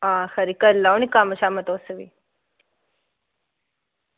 हां खरी करी लैओ निं कम्म छम्म तुस बी